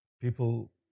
people